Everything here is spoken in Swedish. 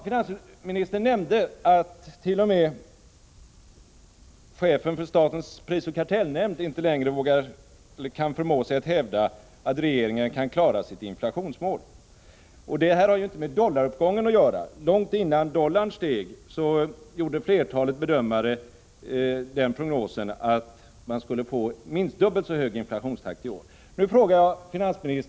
Finansministern nämnde att t.o.m. chefen för statens prisoch kartellnämnd inte längre kan förmå sig att hävda att regeringen kan klara sitt inflationsmål. Det här har ju inte med dollaruppgången att göra. Långt innan dollarn steg gjorde flertalet bedömare prognosen att det skulle bli minst dubbelt så hög inflationstakt i år som vad regeringen angett.